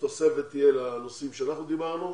התוספת תהיה לנושאים שאנחנו דיברנו עליהם,